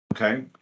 okay